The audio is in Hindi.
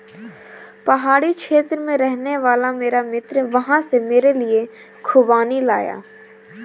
पहाड़ी क्षेत्र में रहने वाला मेरा मित्र वहां से मेरे लिए खूबानी लाया